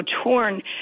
torn